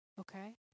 okay